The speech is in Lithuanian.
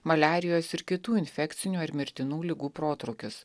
maliarijos ir kitų infekcinių ar mirtinų ligų protrūkius